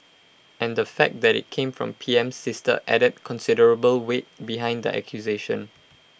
and the fact that IT came from PM's sister added considerable weight behind the accusation